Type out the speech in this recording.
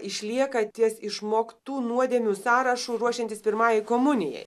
išlieka ties išmoktų nuodėmių sąrašu ruošiantis pirmajai komunijai